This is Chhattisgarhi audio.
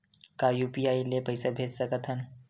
का यू.पी.आई ले पईसा भेज सकत हन?